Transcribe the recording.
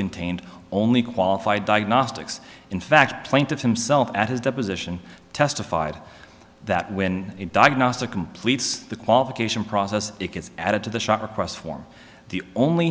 contained only qualified diagnostics in fact plaintiff himself at his deposition testified that when a diagnostic completes the qualification process it gets added to the shock across form the only